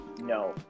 no